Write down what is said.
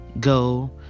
go